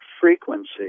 frequency